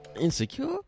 Insecure